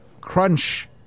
Crunch